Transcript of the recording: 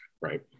right